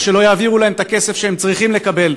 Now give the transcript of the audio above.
או כשלא יעבירו להם את הכסף שהם צריכים לקבל